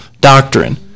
doctrine